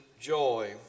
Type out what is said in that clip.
joy